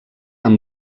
amb